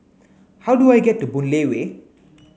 how do I get to Boon Lay Way